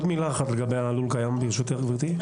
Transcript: ברשותך,